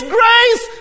grace